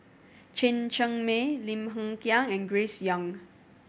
Chen Cheng Mei Lim Hng Kiang and Grace Young